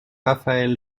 raphaël